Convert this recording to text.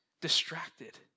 distracted